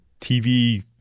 TV